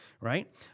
right